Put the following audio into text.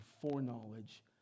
foreknowledge